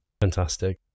Fantastic